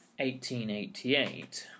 1888